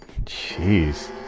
Jeez